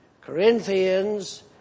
Corinthians